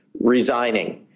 resigning